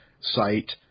site